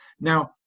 Now